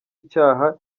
icyaha